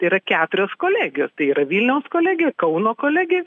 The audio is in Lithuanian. yra keturios kolegijos t y vilniaus kolegija kauno kolegija